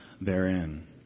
therein